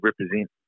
represent